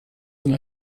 sind